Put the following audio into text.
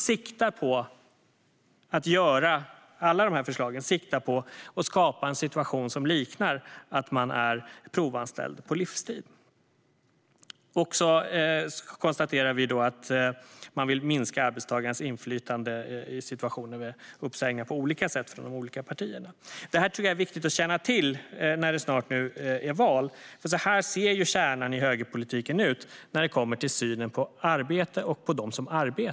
Med alla de här förslagen siktar man på att skapa en situation som liknar att arbetstagaren är provanställd på livstid. Och de olika partierna vill minska arbetstagarnas inflytande i situationer med uppsägningar på olika sätt. Detta tycker jag är viktigt att känna till när det snart är val. Så här ser nämligen kärnan i högerpolitiken ut när det kommer till synen på arbete och på dem som arbetar.